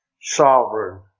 sovereign